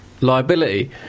liability